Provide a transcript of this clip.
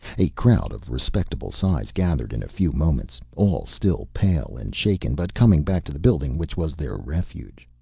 a crowd of respectable size gathered in a few moments, all still pale and shaken, but coming back to the building which was their refuge.